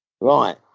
Right